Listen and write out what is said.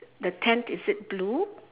the tent is it blue